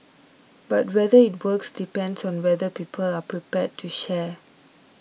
but whether it works depends on whether people are prepared to share